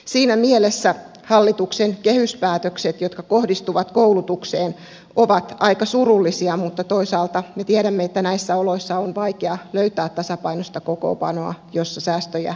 siinä mielessä hallituksen kehyspäätökset jotka kohdistuvat koulutukseen ovat aika surullisia mutta toisaalta me tiedämme että näissä oloissa on vaikea löytää tasapainoista kokoonpanoa jossa säästöjä tehtäisiin